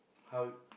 how